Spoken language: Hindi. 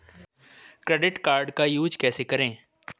क्रेडिट कार्ड का यूज कैसे करें?